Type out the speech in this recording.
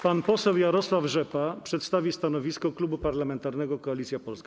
Pan poseł Jarosław Rzepa przedstawi stanowisko Klubu Parlamentarnego Koalicja Polska.